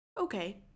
Okay